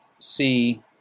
see